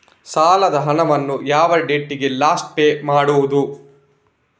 ಸಾಲದ ಹಣವನ್ನು ಯಾವ ಡೇಟಿಗೆ ಲಾಸ್ಟ್ ಪೇ ಮಾಡುವುದು?